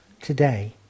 today